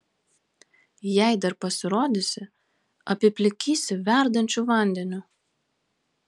jei dar pasirodysi apiplikysiu verdančiu vandeniu